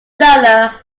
seller